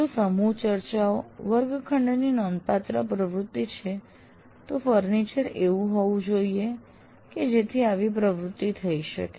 જો સમૂહ ચર્ચાઓ વર્ગખંડની નોંધપાત્ર પ્રવૃત્તિ છે તો ફર્નિચર એવું હોવું જોઈએ એ જેથી આવી પ્રવૃત્તિ થઇ શકે